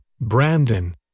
Brandon